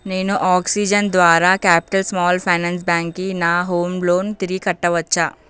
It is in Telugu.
నేను ఆక్సిజన్ ద్వారా క్యాపిటల్ స్మాల్ ఫైనాన్స్ బ్యాంక్కినా హోమ్ లోన్ తిరిగి కట్టవచ్చా